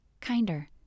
Kinder